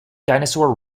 dinosaur